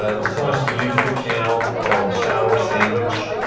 ah just launced a youtube channel called showersandwich.